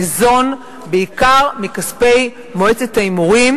ניזון בעיקר מכספי מועצת ההימורים.